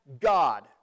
God